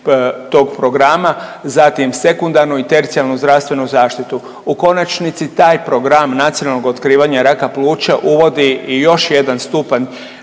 tog programa, zatim sekundarnu i tercijarnu zdravstvenu zaštitu. U konačnici taj program nacionalnog otkrivanja raka pluća uvodi i još jedan stupanj